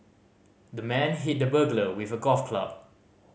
the man hit the burglar with a golf club